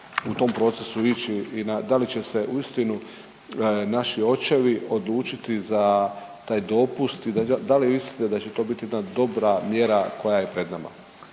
u tom procesu ići i da li će se uistinu naši očevi odlučiti za taj dopust i da li mislite da će to biti jedna dobra mjera koja je pred nama?